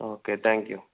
okay thank you